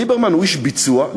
ליברמן הוא איש ביצוע,